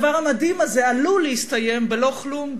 הדבר המדהים הזה עלול להסתיים בלא-כלום,